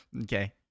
Okay